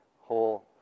whole